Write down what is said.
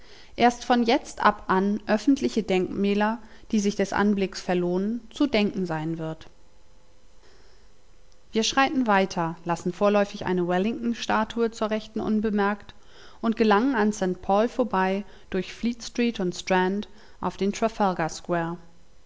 erst von jetzt ab an öffentliche denkmäler die sich des anblicks verlohnen zu denken sein wird wir schreiten weiter lassen vorläufig eine wellington statue zur rechten unbemerkt und gelangen an st paul vorbei durch fleet street und strand auf den